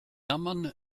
jammern